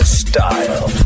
style